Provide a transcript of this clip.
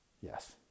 Yes